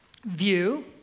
View